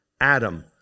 Adam